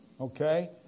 Okay